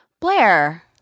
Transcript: Blair